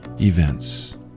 events